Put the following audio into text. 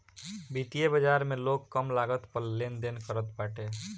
वित्तीय बाजार में लोग कम लागत पअ लेनदेन करत बाटे